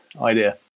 idea